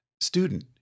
Student